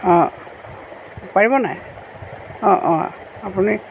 অঁ পাৰিব নাই অঁ অঁ আপুনি